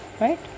right